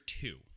two